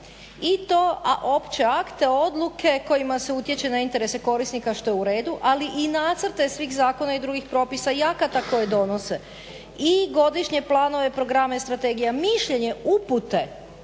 i to, a opće akte odluke kojima se utječe na interese korisnika što je u redu, ali i nacrte svih zakona i drugih propisa i akata koje donose, i godišnje planove programe strategija mišljenje upute